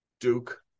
Duke